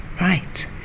Right